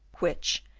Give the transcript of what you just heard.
which,